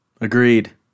Agreed